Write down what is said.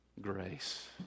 grace